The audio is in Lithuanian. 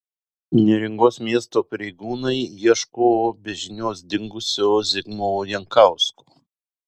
neringos miesto pareigūnai ieško be žinios dingusio zigmo jankausko